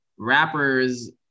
Rappers